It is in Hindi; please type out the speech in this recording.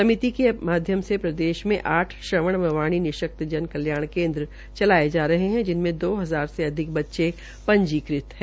समिति के माध्यम से प्रदेश में आठ श्रवण व वाणी निशक्त जन कल्याण केन्द्र चलाये जा रहे है जिनमें दो हजार से अधिक बच्चे पंजीकृत है